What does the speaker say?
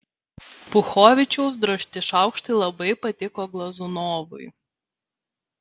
puchovičiaus drožti šaukštai labai patiko glazunovui